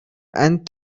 and